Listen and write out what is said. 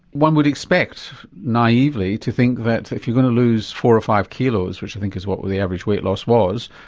one would expect naively to think that if you're going to lose four or five kilos, which i think is what the average weight loss was,